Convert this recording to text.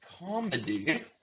comedy